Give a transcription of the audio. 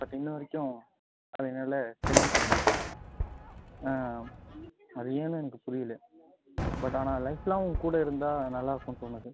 but இன்றை வரைக்கும் அது என்னால் தெரிஞ்சுக்க முடியலை அது ஏன்னு எனக்கு புரியலை பட் ஆனால் லைஃப் லாங் உங்கள் கூட இருந்தால் நல்லா இருக்கும்னு தோணுது